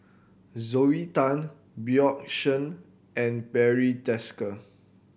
Zoe Tay Bjorn Shen and Barry Desker